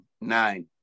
nine